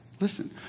listen